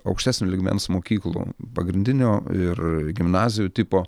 aukštesnio lygmens mokyklų pagrindinio ir gimnazijų tipo